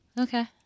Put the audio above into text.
Okay